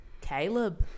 Caleb